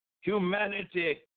humanity